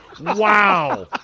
Wow